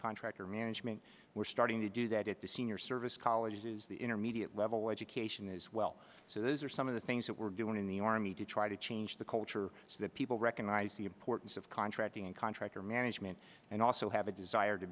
contractor management were starting to do that at the senior service colleges the intermediate level education as well so those are some of the things that we're doing in the army to try to change the culture so that people recognize the importance of contracting in contractor management and also have a desire to